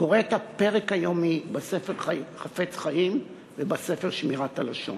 קורא את הפרק היומי בספר "חפץ חיים" ובספר "שמירת הלשון".